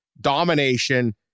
domination